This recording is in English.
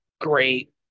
Great